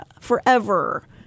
forever